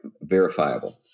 verifiable